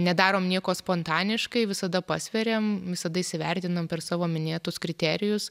nedarom nieko spontaniškai visada pasveriam visada įsivertinam per savo minėtus kriterijus